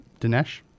Dinesh